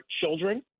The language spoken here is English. children